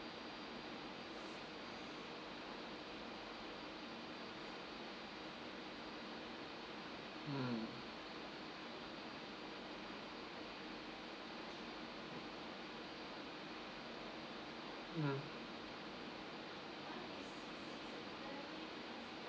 mm mm